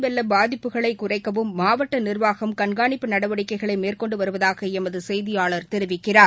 வெள்ள பாதிப்புகளை குறைக்கவும் மாவட்ட நிர்வாகம் கண்காணிப்பு நடவடிக்கைகளை மேற்கொன்டு வருவதாக எமது செய்தியாளர் தெரிவிக்கிறார்